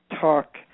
talk